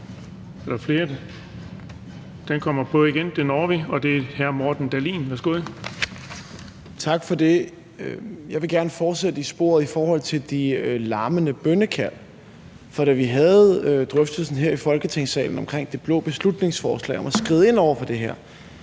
Er der flere? Ja, og det når vi. Hr. Morten Dahlin, værsgo. Kl. 15:59 Morten Dahlin (V): Tak for det. Jeg vil gerne fortsætte i sporet i forhold til de larmende bønnekald. For da vi havde drøftelsen her i Folketingssalen omkring det blå beslutningsforslag om at skride ind over for det her,